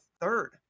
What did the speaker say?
third